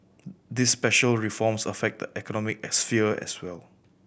these special reforms affect the economic sphere as well